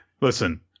Listen